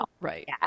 Right